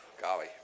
Golly